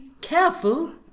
careful